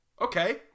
Okay